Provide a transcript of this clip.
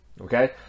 okay